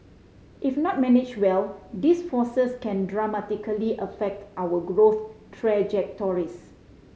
if not managed well these forces can dramatically affect our growth trajectories